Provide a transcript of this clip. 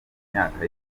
myaka